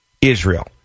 Israel